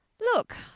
Look